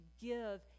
give